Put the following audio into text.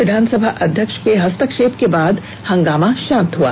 विधानसभा अध्यक्ष के हस्तक्षेप के बाद हंगामा शांत हुआ